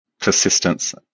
Persistence